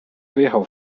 wyjechał